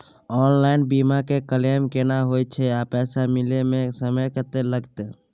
Online बीमा के claim केना होय छै आ पैसा मिले म समय केत्ते लगतै?